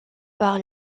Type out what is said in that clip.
par